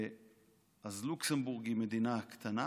אז לוקסמבורג היא מדינה קטנה,